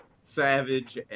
Savage